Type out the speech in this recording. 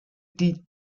dee